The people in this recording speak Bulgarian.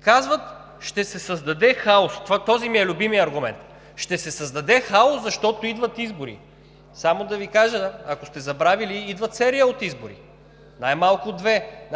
Казват: ще се създаде хаос. Този ми е любимият аргумент – ще се създаде хаос, защото идват избори. Само да Ви кажа, ако сте забравили, идва серия от избори. Най-малко две.